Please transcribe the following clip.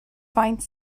faint